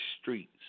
streets